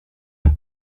bat